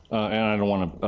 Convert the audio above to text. and i don't want to